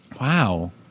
Wow